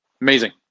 amazing